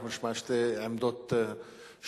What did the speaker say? אנחנו נשמע שתי עמדות אחרות,